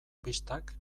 pistak